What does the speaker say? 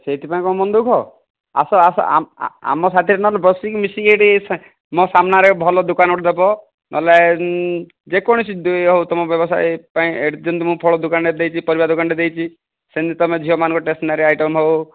ସେଇଥିପାଇଁ କ'ଣ ମନ ଦୁଃଖ ଆସ ଆସ ଆମ ସାଥିରେ ନହେଲେ ବସିକି ମିଶିକି ଏଠି ମୋ ସାମ୍ନାରେ ଭଲ ଦୋକାନ ଗୋଟେ ଦେବ ନହେଲେ ଯେ କୌଣସି ହଉ ତମ ବ୍ୟବସାୟ ପାଇଁ ଏଠି ଯେମିତି ମୁଁ ଫଳ ଦୋକାନଟା ଦେଇଛି ପରିବା ଦୋକାନଟା ଦେଇଛି ସେମିତି ତମେ ଝିଅମାନଙ୍କ ଷ୍ଟେଟସ୍ନାରୀ ଆଇଟମ୍ ହଉ